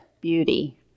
beauty